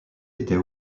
était